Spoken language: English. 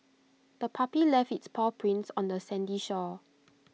the puppy left its paw prints on the sandy shore